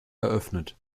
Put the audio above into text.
eröffnet